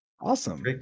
Awesome